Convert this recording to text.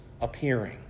appearing